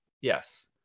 yes